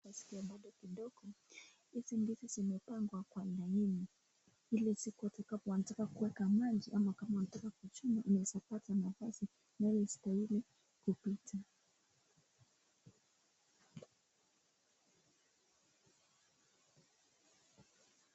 Unaskia bado kidogo. Hizi nguzo zimepangwa kwa laini, ili zikukate unataka kuweka maji ama kama unataka kuchuna, unaweza pata nafasi na ile inayostahili kupita.